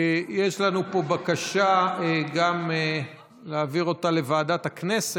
13 בעד, אין מתנגדים,